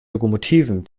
lokomotiven